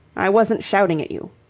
i wasn't shouting at you.